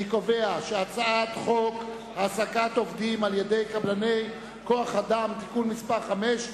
אני קובע שחוק העסקת עובדים על-ידי קבלני כוח-אדם (תיקון מס' 5),